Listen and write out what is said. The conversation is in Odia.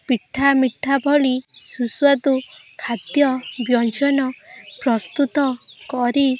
ପିଠା ମିଠା ଭଳି ସୁସ୍ୱାଦୁ ଖାଦ୍ୟ ବ୍ୟଞ୍ଜନ ପ୍ରସ୍ତୁତ କରି